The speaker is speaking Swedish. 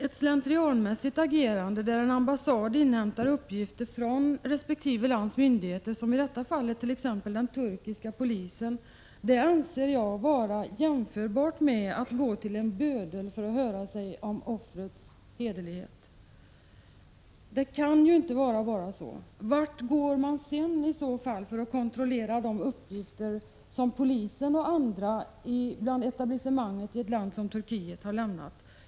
Att en ambassad slentrianmässigt inhämtar uppgifter från resp. lands myndigheter — i detta fall den turkiska polisen — anser jag vara jämförbart med att gå till bödeln för att förhöra sig om offrets hederlighet. Det kan ju bara inte få vara så. Vart går man i så fall sedan för att kontrollera de uppgifter som polisen och andra delar av etablissemanget i ett land som Turkiet har lämnat?